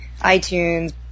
iTunes